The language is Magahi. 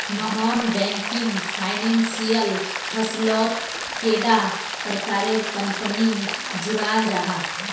नॉन बैंकिंग फाइनेंशियल फसलोत कैडा प्रकारेर कंपनी जुराल जाहा?